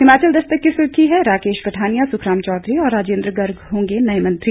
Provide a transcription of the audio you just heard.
हिमाचल दस्तक की सुर्खी है राकेश पठानिया सुखराम चौधरी और राजेंद्र गर्ग होंगे नए मंत्री